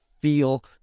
feel